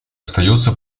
остается